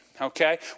okay